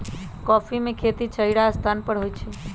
coffee में खेती छहिरा स्थान पर होइ छइ